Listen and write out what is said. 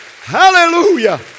Hallelujah